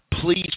please